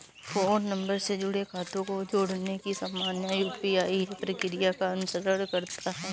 phone number से जुड़े खातों को जोड़ने की सामान्य यू.पी.आई प्रक्रिया का अनुसरण करता है